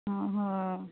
आं हय